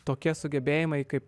tokie sugebėjimai kaip